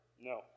No